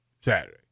Saturday